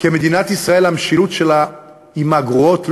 כי מדינת ישראל, המשילות שלה היא מהגרועות.